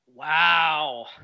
Wow